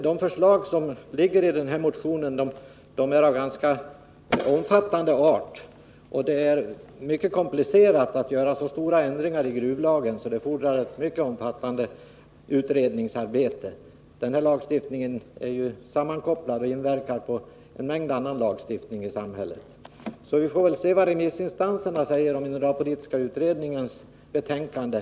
De förslag som återfinns i motionen är emellertid ganska omfattande. Det är mycket komplicerat att göra så stora ändringar i gruvlagen, varför det erfordras ett mycket mycket omfattande utredningsarbete. Lagstiftningen inverkar ju i stor utsträckning på annan lagstiftning i samhället. Vi får väl avvakta remissinstansernas utlåtande om den mineralpolitiska utredningens betänkande.